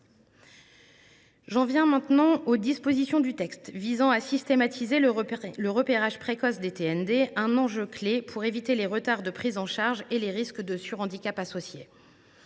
J’en viens maintenant aux dispositions du texte visant à systématiser le repérage précoce des TND, un enjeu clé pour éviter les retards de prise en charge et les risques de surhandicaps associés.